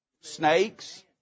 Snakes